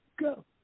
go